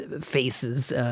faces